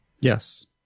Yes